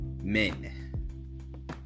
men